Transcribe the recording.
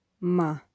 Ma